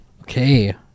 Okay